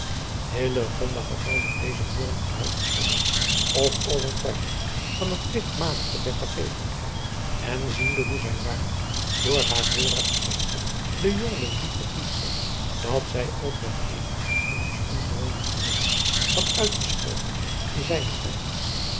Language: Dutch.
had naauwelijks deze woorden van gehoord of overtuigd van het pligtmatige der vergeeflijkheid en ziende hoe zij waarlijk door haar vorig gezegde den jongeling diep gegriefd had dat zij ook met eene haar anders ongewone fierheid had uitgesproken zeide zij